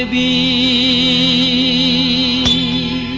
e.